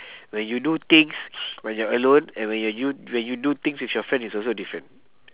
when you do things when you are alone and when you you when you do things with your friend is also different